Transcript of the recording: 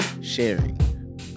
sharing